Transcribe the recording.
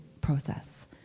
process